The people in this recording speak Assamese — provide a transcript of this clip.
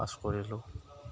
পাছ কৰিলোঁ